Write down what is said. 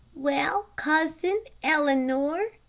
well, cousin eleanor,